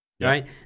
right